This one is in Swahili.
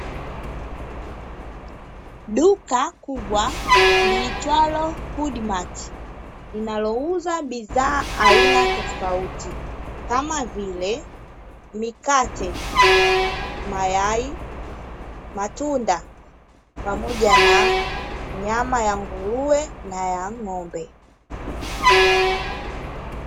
Duka kubwa liitwalo "HoodMart" linalouza bidhaa aina tofauti kama vile mikate, mayai, matunda, pamoja na nyama ya nguruwe na ya ng'ombe.